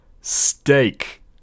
Steak